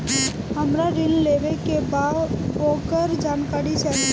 हमरा ऋण लेवे के बा वोकर जानकारी चाही